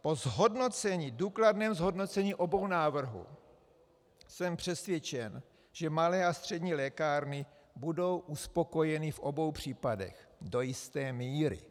Po důkladném zhodnocení obou návrhů jsem přesvědčen, že malé a střední lékárny budou uspokojeny v obou případech do jisté míry.